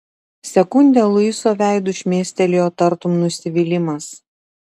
sekundę luiso veidu šmėstelėjo tartum nusivylimas